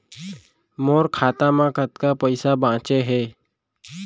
मोर खाता मा कतका पइसा बांचे हे?